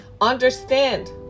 Understand